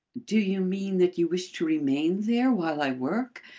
do you mean that you wish to remain there while i work?